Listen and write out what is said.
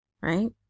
right